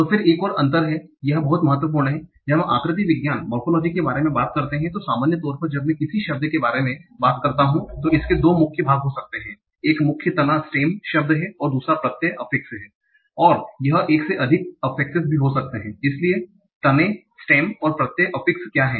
तो फिर एक और अंतर है और यह बहुत महत्वपूर्ण है जब हम आकृति विज्ञान मोरफोलोजी के बारे में बात करते हैं तो सामान्य तौर पर जब मैं किसी शब्द के बारे में बात करता हूं तो इसके दो मुख्य भाग हो सकते हैं एक मुख्य स्टेम मुख्य शब्द है और दूसरा प्रत्यय है और यह एक से अधिक प्रत्यय भी हो सकते है इसलिए स्टेम और अफीक्सेस क्या हैं